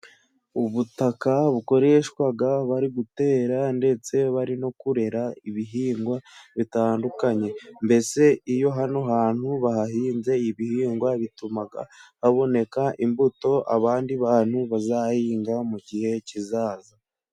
Ubutaka bukoreshwaga bari gutera ndetse bari no kurera ibihingwa bitandukanye, mbese iyo hano hantu bahahinze ibihingwa bituma haboneka imbuto abandi bantu bazahinga mu gihe kizaza.